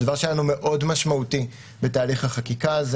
דבר שהיה לנו מאוד משמעותי בתהליך החקיקה הזה